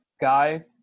guy